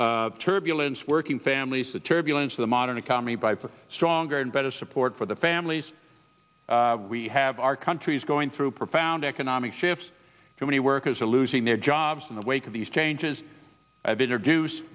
the turbulence working families the turbulence the modern economy by for stronger and better support for the families we have our country is going through profound economic shifts so many workers are losing their jobs in the wake of these changes have been reduce